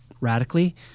radically